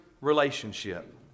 relationship